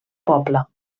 poble